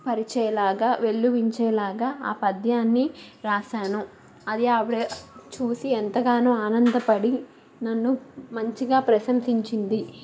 పరిచేలాగా వెల్లువించేలాగా ఆ పద్యాన్ని రాశాను అది ఆవిడ చూసి ఎంతగానో ఆనందపడి నన్ను మంచిగా ప్రశంసించింది